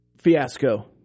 fiasco